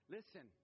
Listen